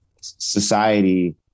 society